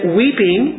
weeping